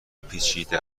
پیچیده